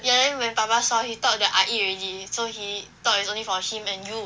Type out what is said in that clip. ya then when papa saw he thought that I eat already so he thought it's only for him and you